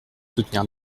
soutenir